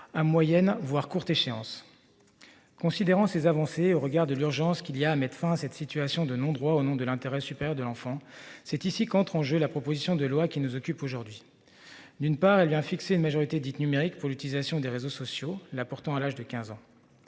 un moyenne voire courte échéance. Considérant ces avancées au regard de l'urgence qu'il y a un médecin fin à cette situation de non-droit au nom de l'intérêt supérieur de l'enfant c'est ici contre Angers. La proposition de loi qui nous occupe aujourd'hui. D'une part elle vient fixer une majorité dite numérique pour l'utilisation des réseaux sociaux là pourtant à l'âge de 15 ans.